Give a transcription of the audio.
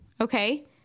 Okay